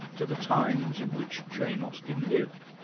to the times in which jane austen lived.